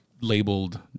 labeled